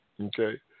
okay